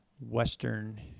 Western